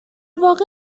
واقع